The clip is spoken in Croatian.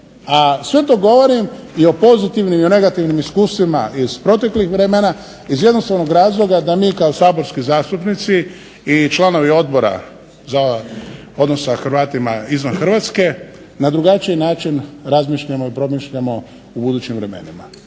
sve to govorim o pozitivnim i negativnim iskustvima iz proteklih vremena iz jednostavnog razloga da mi kao saborski zastupnici i članovi Odbora za odnos sa Hrvatima izvan Hrvatske na drugačiji način razmišljamo i promišljamo u budućim vremenima